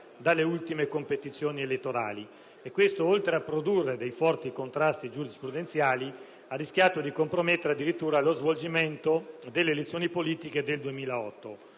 dalle ultime competizioni elettorali: ciò, oltre a produrre dei forti contrasti giurisprudenziali, ha rischiato di compromettere addirittura lo svolgimento delle elezioni politiche del 2008.